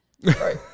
Right